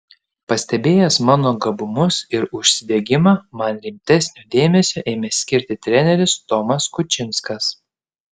pastebėjęs mano gabumus ir užsidegimą man rimtesnio dėmesio ėmė skirti treneris tomas kučinskas